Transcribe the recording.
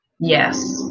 Yes